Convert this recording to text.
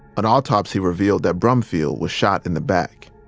an autopsy revealed that brumfield was shot in the back